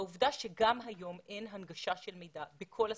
העובדה שגם היום אין הנגשה של מידע בכל השפות,